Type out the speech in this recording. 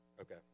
Okay